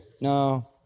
No